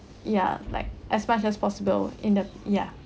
ya like as much as possible in the ya